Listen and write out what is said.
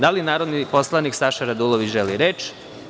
Da li narodni poslanik Saša Radulović želi reč?